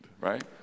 right